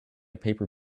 paper